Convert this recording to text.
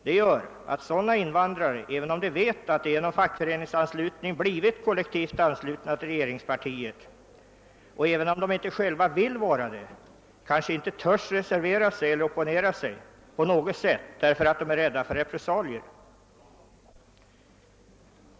Det medför att dessa invandrare, även om de vet att de genom fackföreningsbeslut blivit kollektivt anslutna till regeringspartiet trots att de inte själva vill vara det, kanske inte vågar reservera sig eller på något sätt opponera sig eftersom de är rädda för repressalier.